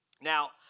Now